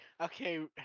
Okay